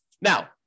now